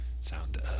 sound